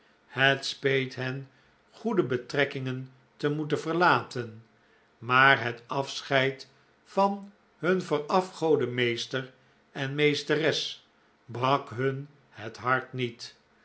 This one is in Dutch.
het speet hen goede betrekkingen te mocten verlatcn maar het afscheid van hun verafgoden meester en meesteres brak hun het hart niet